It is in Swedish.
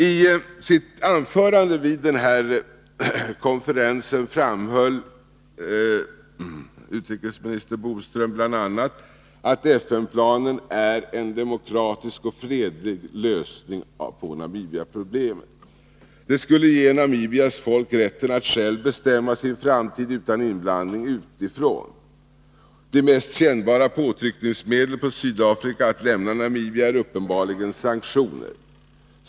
I sitt anförande vid konferensen framhöll utrikesminister Bodström bl.a. att FN-planen är en demokratisk och fredlig lösning på Namibiaproblemet. Den skulle ge Namibias folk rätten att självt bestämma sin framtid utan inblandning utifrån. Det mest kännbara påtryckningsmedlet på Sydafrika att lämna Namibia är uppenbarligen sanktioner.